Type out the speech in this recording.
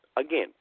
Again